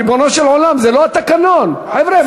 ריבונו של עולם, זה לא התקנון, חבר'ה.